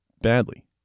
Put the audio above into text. badly